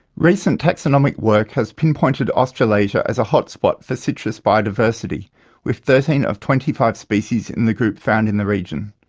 recent taxonomic work has pinpointed australasia as a hot spot for citrus biodiversity with thirteen of twenty five species in the group found in the region.